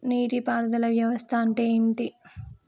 నీటి పారుదల వ్యవస్థ అంటే ఏంటి?